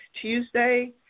Tuesday